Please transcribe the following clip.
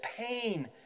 pain